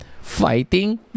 fighting